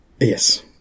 Yes